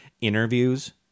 interviews